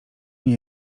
nie